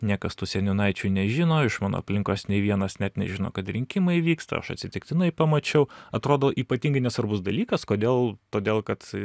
niekas tų seniūnaičiai nežino iš mano aplinkos nei vienas net nežino kad rinkimai vyksta aš atsitiktinai pamačiau atrodo ypatingai nesvarbus dalykas kodėl todėl kad